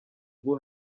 ubu